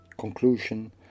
conclusion